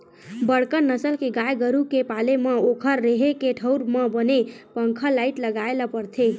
बड़का नसल के गाय गरू के पाले म ओखर रेहे के ठउर म बने पंखा, लाईट लगाए ल परथे